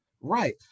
Right